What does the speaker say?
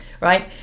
right